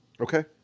Okay